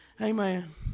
Amen